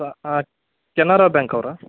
Canara ಬ್ಯಾಂಕವ್ರಾ